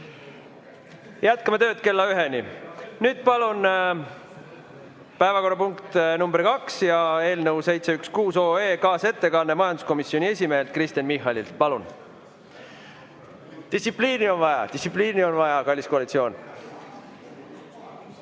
Jätkame tööd kella üheni. Nüüd palun päevakorrapunkt nr 2 ja eelnõu 716 kaasettekanne majanduskomisjoni esimehelt Kristen Michalilt. Palun! Distsipliini on vaja. Distsipliini on